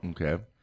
Okay